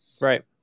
Right